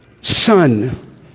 Son